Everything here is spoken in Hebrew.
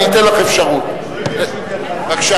קריאה שנייה, בבקשה.